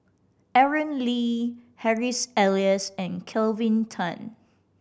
Aaron Lee Harry's Elias and Kelvin Tan